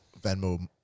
Venmo